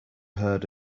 heard